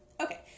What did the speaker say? Okay